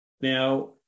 Now